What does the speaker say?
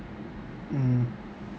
mmhmm